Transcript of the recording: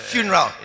Funeral